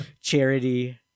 Charity